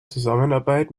zusammenarbeit